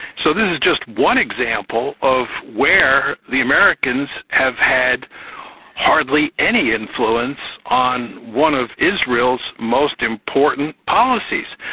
so this is just one example of where the americans have had hardly any influence on one of israel's most important policies.